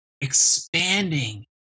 expanding